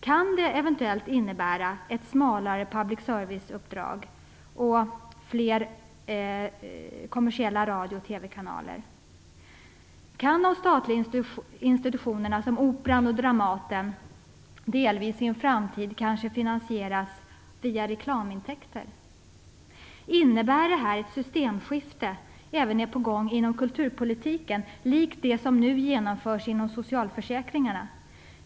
Kan det eventuellt innebära ett smalare public service-uppdrag och fler kommersiella radio och TV kanaler? Kan de statliga institutionerna, som Operan och Dramaten, i en framtid kanske delvis finansieras via reklamintäkter? Innebär det här att ett systemskifte är på gång även inom kulturpolitiken, likt det som nu genomförs inom socialförsäkringarna?